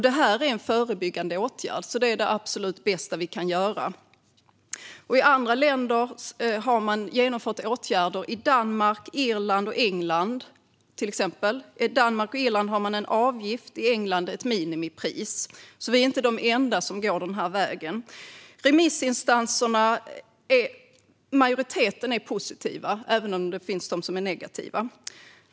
Det här är en förebyggande åtgärd. Det är det absolut bästa vi kan göra. I andra länder har man genomfört åtgärder, till exempel i Danmark, Irland och England. I Danmark och Irland har man en avgift och i England ett minimipris. Vi är inte de enda som går den här vägen. Majoriteten av remissinstanserna är positiva även om det finns de som är negativa.